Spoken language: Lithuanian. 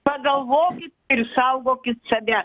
pagalvokit ir saugokit save